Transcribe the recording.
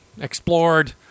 explored